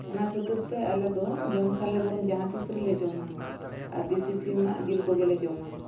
ᱚᱱᱟ ᱠᱷᱟᱹᱛᱤᱨᱛᱮ ᱟᱞᱮᱫᱚ ᱡᱚᱢ ᱠᱷᱟᱱᱞᱮ ᱵᱚᱨᱚᱱ ᱡᱟᱦᱟᱸ ᱛᱤᱥ ᱨᱮᱞᱮ ᱡᱚᱢᱟ ᱟᱨ ᱫᱮᱥᱤ ᱥᱤᱢᱟᱜ ᱡᱤᱞ ᱠᱚᱜᱮᱞᱮ ᱡᱚᱢᱟ